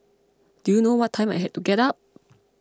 do you know what time I had to get up